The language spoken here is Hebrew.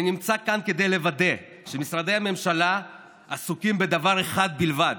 אני נמצא כאן כדי לוודא שמשרדי הממשלה עסוקים בדבר אחד בלבד,